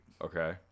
Okay